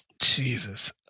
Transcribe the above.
Jesus